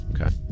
Okay